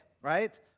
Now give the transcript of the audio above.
right